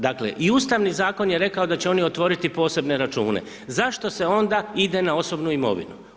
Dakle, i Ustavni zakon je rekao da će oni otvoriti posebne račune, zašto se onda ide na osobnu imovinu?